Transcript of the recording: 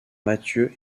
mathieu